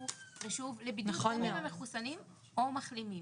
יצטרכו לשוב לבידוד גם אם הם מחוסנים או מחלימים.